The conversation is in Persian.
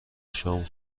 شام